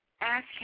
ask